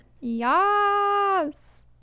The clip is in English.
Yes